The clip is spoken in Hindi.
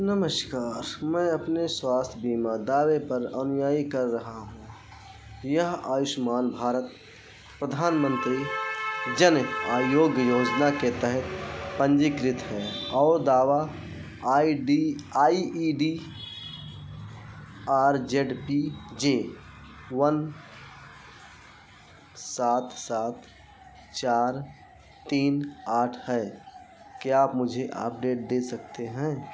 नमस्कार मैं अपने स्वास्थ्य बीमा दावे पर अनुयायी कर रहा हूँ यह आयुष्मान भारत प्रधानमंत्री जन आयोग्य योजना के तहत पंजीकृत है और दावा I D I E D R Z P J one सात सात चार तीन आठ है क्या आप मुझे आपडेट दे सकते हैं